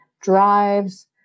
drives